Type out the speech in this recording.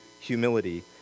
humility